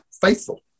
faithful